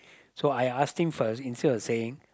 so I ask him first instead of saying